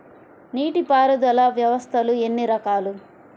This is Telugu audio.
నీటిపారుదల వ్యవస్థలు ఎన్ని రకాలు?